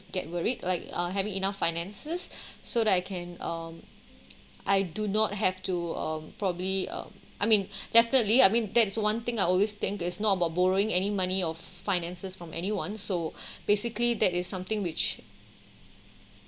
get worried like uh having enough finances so that I can um I do not have to um probably uh I mean definitely I mean that's one thing I always think it's not about borrowing any money or finances from anyone so basically that is something which